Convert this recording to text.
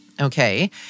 okay